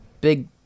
big